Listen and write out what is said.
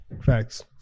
Facts